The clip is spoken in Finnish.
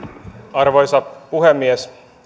arvoisa puhemies